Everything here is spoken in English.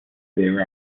there